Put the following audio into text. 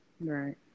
Right